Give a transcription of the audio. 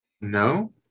No